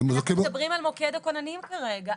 אנחנו מדברים על מוקד הכוננים כרגע.